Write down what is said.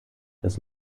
das